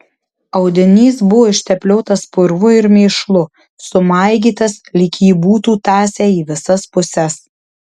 audinys buvo ištepliotas purvu ir mėšlu sumaigytas lyg jį būtų tąsę į visas puses